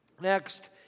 Next